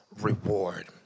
reward